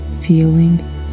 feeling